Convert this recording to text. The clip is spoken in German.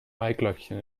maiglöckchen